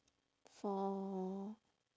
four